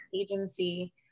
agency